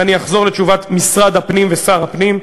ואני אחזור לתשובת משרד הפנים ושר הפנים.